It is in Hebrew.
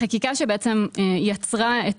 החקיקה שיצרה את